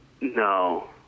No